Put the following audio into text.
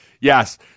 yes